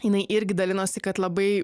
jinai irgi dalinosi kad labai